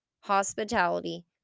hospitality